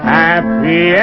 happy